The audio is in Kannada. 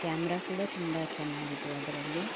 ಕ್ಯಾಮ್ರಾ ಕೂಡ ತುಂಬ ಚೆನ್ನಾಗಿದೆ ಅದರಲ್ಲಿ